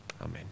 Amen